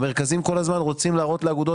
המרכזים כל הזמן רוצים להראות לאגודות